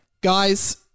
Guys